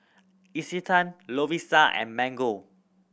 Isetan Lovisa and Mango